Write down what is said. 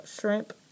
Shrimp